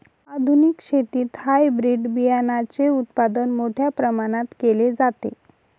आधुनिक शेतीत हायब्रिड बियाणाचे उत्पादन मोठ्या प्रमाणात केले जाते